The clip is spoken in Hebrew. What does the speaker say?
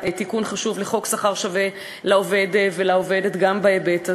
תיקון חשוב לחוק שכר שווה לעובד ולעובדת גם בהיבט הזה,